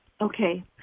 Okay